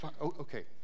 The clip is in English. okay